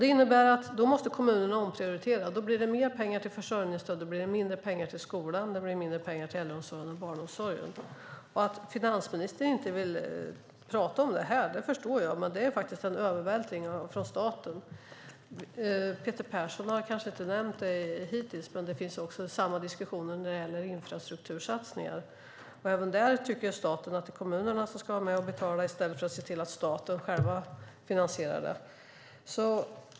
Det innebär att kommunerna måste omprioritera. Då blir det mer pengar till försörjningsstöd och mindre pengar till skolan, äldreomsorgen och barnomsorgen. Att finansministern inte vill prata om det här förstår jag, men det är faktiskt en övervältring från staten. Peter Persson har kanske inte nämnt det hittills, men samma diskussion finns också när det gäller infrastruktursatsningar. Även där tycker man att kommunerna ska vara med och betala i stället för att staten själv finansierar det.